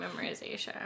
memorization